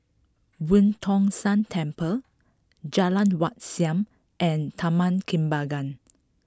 Boo Tong San Temple Jalan Wat Siam and Taman Kembangan